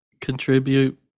contribute